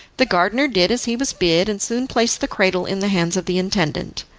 the gardener did as he was bid, and soon placed the cradle in the hands of the intendant.